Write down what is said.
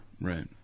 Right